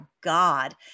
God